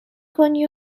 کنی